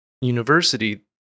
university